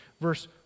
Verse